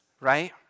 right